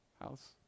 house